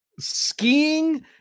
skiing